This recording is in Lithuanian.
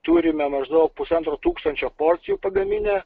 turime maždaug pusantro tūkstančio porcijų pagaminę